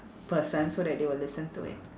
person so that they will listen to it